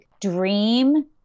dream